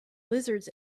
lizards